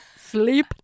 Sleep